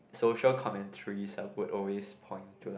social commentary side will always point to like